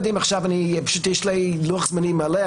יש לי לוח זמנים מלא,